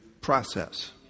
process